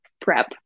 prep